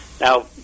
Now